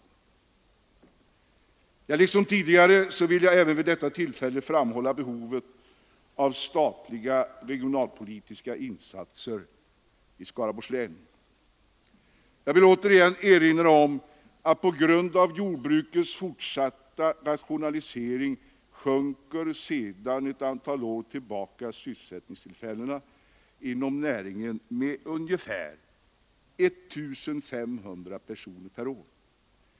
Liksom tidigare vill jag även vid detta tillfälle framhålla behovet av statliga regionalpolitiska insatser i Skaraborgs län. Jag vill återigen erinra om att på grund av jordbrukets fortsatta rationalisering sjunker sedan några år antalet sysselsättningstillfällen inom näringen med ungefär 1 500 per år.